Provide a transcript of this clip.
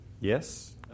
Yes